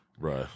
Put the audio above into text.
right